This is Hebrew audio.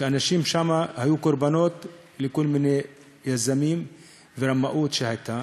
שאנשים שם היו קורבנות לכל מיני מיזמים ולרמאות שהייתה.